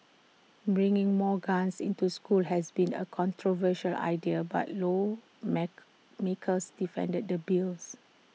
bringing more guns into school has been A controversial idea but law make makers defended the bills